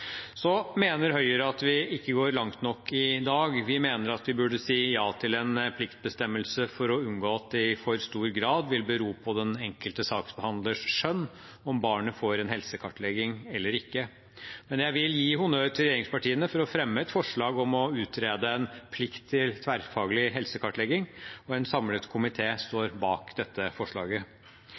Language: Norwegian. Så mener Høyre at vi ikke går langt nok i dag. Vi mener at vi burde si ja til en pliktbestemmelse for å unngå at det i for stor grad vil bero på den enkelte saksbehandlers skjønn om barnet får en helsekartlegging eller ikke. Men jeg vil gi honnør til regjeringspartiene for å fremme et forslag om å utrede en plikt til tverrfaglig helsekartlegging, og en samlet komité står bak dette forslaget.